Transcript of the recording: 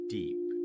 deep